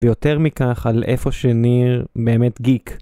ויותר מכך על איפה שניר באמת גיק.